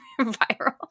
viral